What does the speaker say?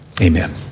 amen